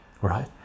right